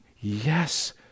yes